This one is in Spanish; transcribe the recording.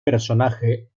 personaje